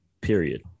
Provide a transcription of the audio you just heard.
period